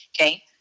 Okay